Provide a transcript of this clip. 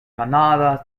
kanada